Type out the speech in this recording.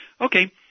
Okay